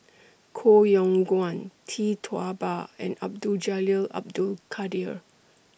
Koh Yong Guan Tee Tua Ba and Abdul Jalil Abdul Kadir